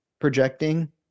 Projecting